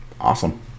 Awesome